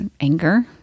anger